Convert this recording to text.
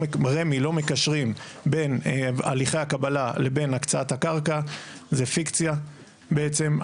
רמ"י לא מקשרים בין הליכי הקבלה לבין הקצאת הקרקע זה פיקציה בעצם.